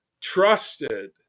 trusted